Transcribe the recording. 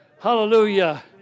hallelujah